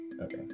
okay